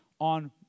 on